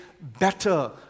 better